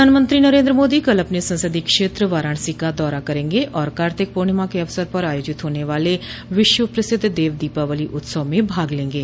प्रधानमंत्री नरेन्द्र मादी कल अपने संसदीय क्षेत्र वाराणसो का दौरा करेंगे आर कार्तिक पूर्णिमा के अवसर पर आयोजित होने वाले विश्व प्रसिद्ध देव दीपावली उत्सव में भाग लेंगे